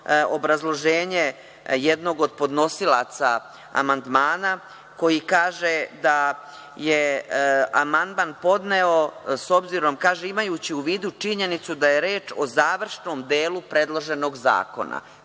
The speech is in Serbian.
obrazloženje jednog od podnosilaca amandmana koji kaže da je amandman podneo, imajući u vidu činjenicu da je reč o završnom delu predloženog zakona.